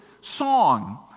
song